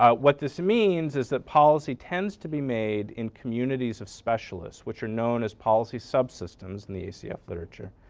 ah what this means is that policy tends to be made in communities of specialists which are known as policy subsystems in the acf literature